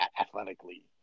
athletically